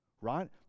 right